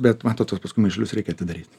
bet matot tuos paskui maišelius reikia atidaryt